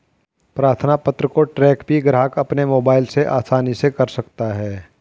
प्रार्थना पत्र को ट्रैक भी ग्राहक अपने मोबाइल से आसानी से कर सकता है